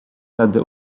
tedy